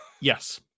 Yes